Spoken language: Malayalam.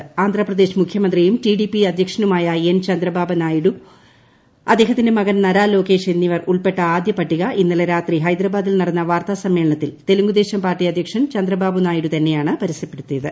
ആഗ്ന്ധാപ്രദേശ് മുഖ്യമന്ത്രിയും ടി ഡി പി അധ്യക്ഷനുമായ എൻ ചന്ദ്രബാബു നായിഡു അദ്ദേഹത്തിന്റെ മകൻ നരാലോകേഷ് എന്നിവർ ഉൾപ്പെട്ട ആദ്യ പട്ടിക ഇന്നലെ രാത്രി ഹൈദരാബാദിൽ നടന്ന വാർത്താ സമ്മേളനത്തിൽ തെലുങ്കുദേശം പാർട്ടി അധ്യക്ഷൻ ചന്ദ്രബാബു നായിഡു തന്നെയാണ് പരസ്യപ്പെടുത്തിയത്